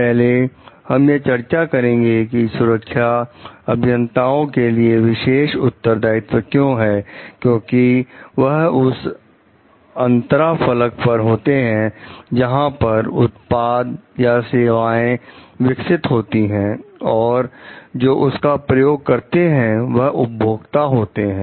पहले हम यह चर्चा करेंगे कि सुरक्षा अभियंताओं के लिए विशेष उत्तरदायित्व क्यों है क्योंकि वह उस अंतराफलक पर होते हैं जहां पर उत्पाद या सेवाएं विकसित होती हैं और जो उसका प्रयोग करते हैं वह उपभोक्ता होते हैं